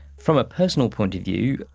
from a personal point of view,